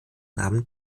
nahmen